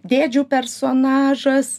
dėdžių personažas